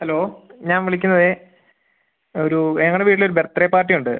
hello ഞാൻ വിളിക്കുന്നത് ഒരു ഞങ്ങളുടെ വീട്ടിലൊരു ബർത്ത്ഡേ പാർട്ടി ഉണ്ട്